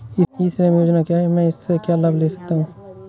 ई श्रम योजना क्या है मैं इसका लाभ कैसे ले सकता हूँ?